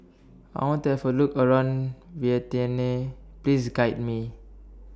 I want to Have A Look around Vientiane Please Guide Me